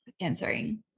answering